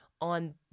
on